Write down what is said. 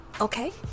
okay